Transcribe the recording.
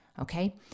okay